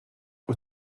wyt